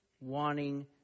wanting